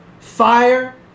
Fire